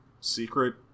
secret